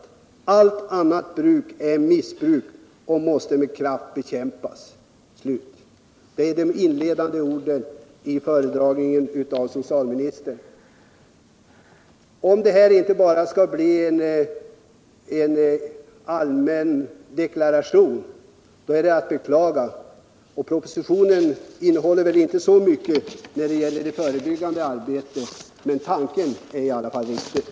Allt annat bruk är missbruk och måste med kraft bekämpas.” Det är de inledande orden i föredragningen av socialministern. Om detta bara skulle bli en allmän deklaration är det att beklaga. Propositionen innehåller väl inte så mycket när det gäller det förebyggande arbetet, men tanken är riktig.